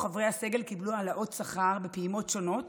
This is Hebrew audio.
חברי הסגל קיבלו העלאות שכר בפעימות שונות,